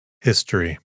History